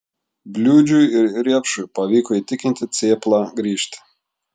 bliūdžiui ir riepšui pavyko įtikinti cėplą grįžti